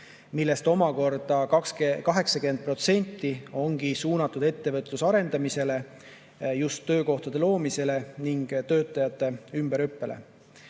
millest 80% ongi suunatud ettevõtluse arendamisele, just töökohtade loomisele ning töötajate ümberõppele.